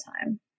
time